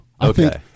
Okay